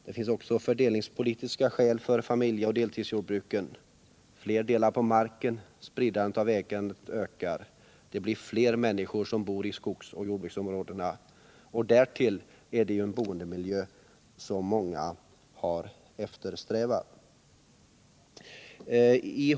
Det finns också fördelningspolitiska skäl för familjeoch deltidsjordbruken. Fler delar på marken, spridningen av ägandet ökar. Det blir fler människor som bor i skogsoch jordbruksområdena. Därtill är det en boendemiljö som många har eftersträvat.